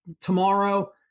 tomorrow